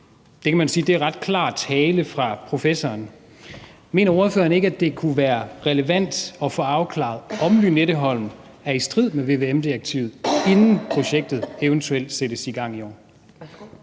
Det kan man sige er ret klar tale fra professoren. Mener ordføreren ikke, at det kunne være relevant at få afklaret, om Lynetteholm er i strid med vvm-direktivet, inden projektet eventuelt sættes i gang i år?